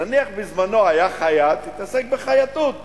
נניח, בזמנו היה חייט, התעסק בחייטות,